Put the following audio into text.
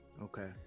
Okay